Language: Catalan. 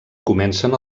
comencen